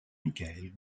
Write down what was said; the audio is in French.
michael